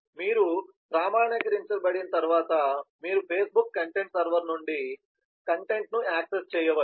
మీరు ప్రామాణీకరించబడిన తర్వాత మీరు ఫేస్బుక్ కంటెంట్ సర్వర్ నుండి కంటెంట్ను యాక్సెస్ చేయవచ్చు